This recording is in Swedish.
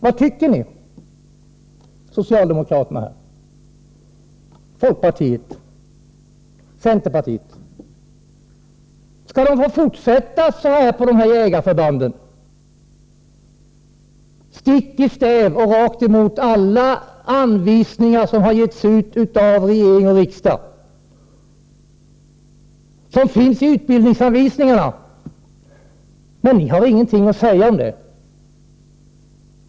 Vad tycker ni som här är representanter för socialdemokraterna, folkpar tiet och centerpartiet? Skall man få fortsätta så här på jägarförbanden? Man går i sina utbildningsanvisningar stick i stäv mot alla direktiv som har getts av regeringen och riksdag, men ni har ingenting att säga om detta.